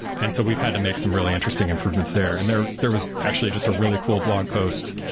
and so we've had to make some really interesting improvements there. and there there was actually just a really cool blog post.